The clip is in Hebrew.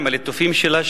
עם הליטופים שלה,